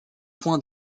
points